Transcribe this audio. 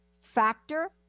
factor